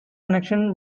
connection